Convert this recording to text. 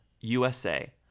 USA